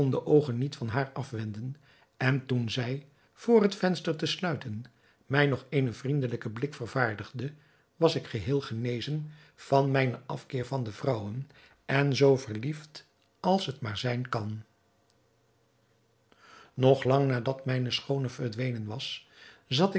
de oogen niet van haar afwenden en toen zij vr het venster te sluiten mij nog eenen vriendelijken blik verwaardigde was ik geheel genezen van mijnen afkeer van de vrouwen en zoo verliefd als het maar zijn kan nog lang nadat mijne schoone verdwenen was zat